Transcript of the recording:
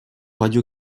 radio